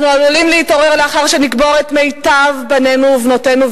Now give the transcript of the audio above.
אנחנו עלולים להתעורר לאחר שנקבור את מיטב בנינו ובנותינו,